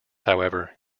however